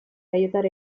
aiutare